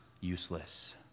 useless